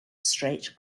straight